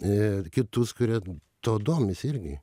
ir kitus kurie tuo domis irgi